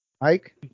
Mike